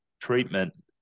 treatment